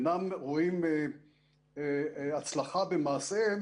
אינם רואים הצלחה במעשיהם